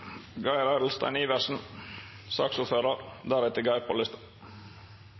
Geir Adelsten Iversen